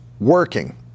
working